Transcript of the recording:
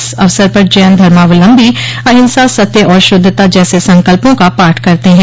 इस अवसर पर जैन धर्मावलम्बी अहिंसा सत्य और शुद्धता जैसे संकल्पों का पाठ करते हैं